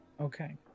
Okay